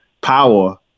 power